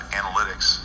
analytics